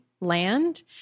land